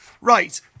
Right